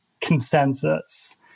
consensus